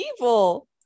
evil